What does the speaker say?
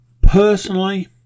personally